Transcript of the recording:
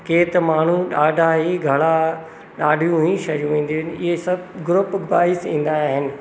कंहिं त माण्हू ॾाढा ई घणा ॾाढियूं ई शयूं ईंदियूं आहिनि इहे सभु ग्रुपबाइस ईंदा आहिनि